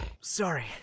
Sorry